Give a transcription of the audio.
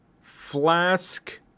Flask